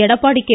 Edappadi K